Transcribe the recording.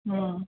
हम्म